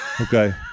okay